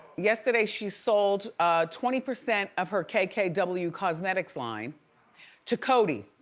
yesterday, she sold twenty percent of her kkw cosmetics line to coty,